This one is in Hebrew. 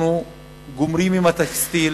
אנחנו גומרים עם הטקסטיל.